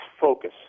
focus